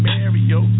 Mario